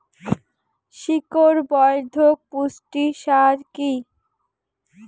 শিকড় বর্ধক পুষ্টি সার কি?